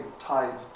tied